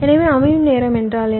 எனவே அமைவு நேரம் என்றால் என்ன